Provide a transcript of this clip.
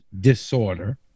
disorder